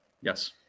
Yes